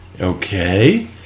okay